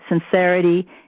sincerity